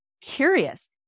curious